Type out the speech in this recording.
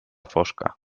fosca